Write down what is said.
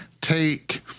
take